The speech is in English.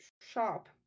shop